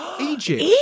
Egypt